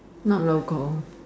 not local